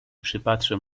przypatrzę